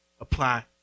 apply